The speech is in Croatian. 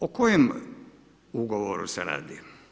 O kojem ugovoru se radi?